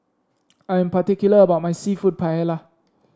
I am particular about my seafood Paella